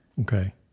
Okay